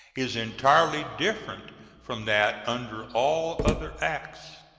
is entirely different from that under all other acts.